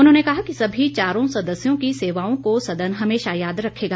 उन्होंने कहा कि सभी चारों सदस्यों की सेवाओं को सदन हमेशा याद रखेगा